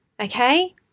okay